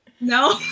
No